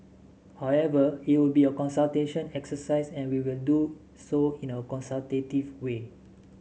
however it will be a consultation exercise and we will do so in a consultative way